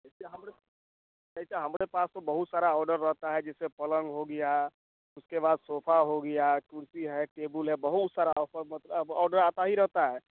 देखिए हमरे देखिए हमारे पास तो बहुत सारा ऑर्डर रहता है जैसे पलंग हो गया उसके बाद सोफ़ा हो गया कुर्सी है टेबुल है बहुत सारा ऑफर मतलब ऑर्डर आता ही रहता है